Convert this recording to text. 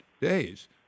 days